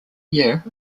year